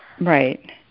Right